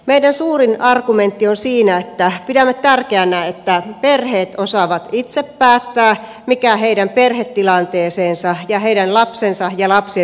meidän suurin argumentti on siinä että pidämme tärkeänä että perheet osaavat itse päättää mikä heidän perhetilanteensa ja heidän lapsensa ja lapsiensa kannalta paras on